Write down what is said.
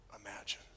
imagine